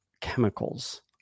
chemicals